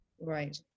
Right